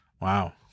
Wow